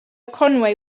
conway